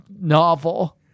novel